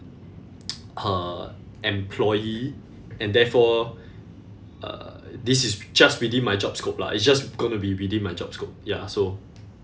her employee and therefore uh this is just within my job scope lah it's just going to be within my job scope ya so